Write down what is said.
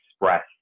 express